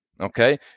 okay